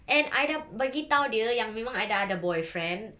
and I dah bagi tahu dia yang memang I dah ada boyfriend